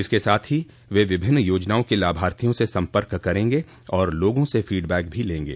इसके साथ ही वे विभिन्न योजनाओं के लाभार्थियों से सम्पर्क करेंगे और लोगों से फीड बैक भी लेंगे